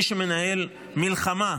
מי שמנהל מלחמה,